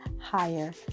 higher